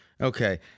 Okay